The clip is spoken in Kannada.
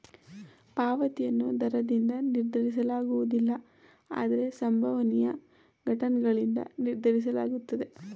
ಪಾವತಿಯನ್ನು ದರದಿಂದ ನಿರ್ಧರಿಸಲಾಗುವುದಿಲ್ಲ ಆದ್ರೆ ಸಂಭವನೀಯ ಘಟನ್ಗಳಿಂದ ನಿರ್ಧರಿಸಲಾಗುತ್ತೆ